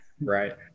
Right